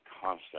constant